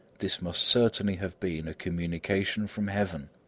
this must certainly have been a communication from heaven